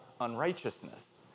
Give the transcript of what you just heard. unrighteousness